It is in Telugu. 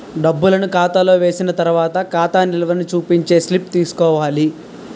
డబ్బులను ఖాతాలో వేసిన తర్వాత ఖాతా నిల్వని చూపించే స్లిప్ తీసుకోవాలి